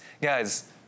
Guys